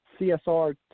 CSR